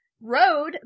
Road